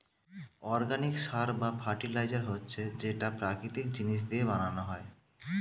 organic সার বা fertiliser হচ্ছে যেটা প্রাকৃতিক জিনিস দিয়ে বানানো হয়